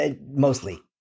mostly